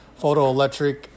photoelectric